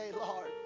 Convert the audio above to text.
Lord